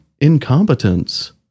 Incompetence